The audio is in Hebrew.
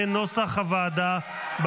כנוסח הוועדה,